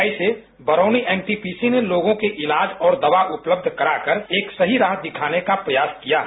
ऐसे बरौनी एनटीपीसी ने लोगों के इलाज और दवा उपलब्ध कराकर एक सही राह दिखाने का प्रयास किया है